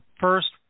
first